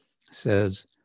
says